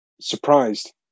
surprised